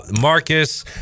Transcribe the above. Marcus